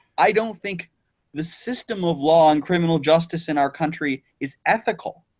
i don't think the system of law and criminal justice in our country is ethical.